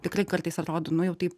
tikrai kartais atrodo nu jau taip